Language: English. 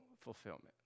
fulfillment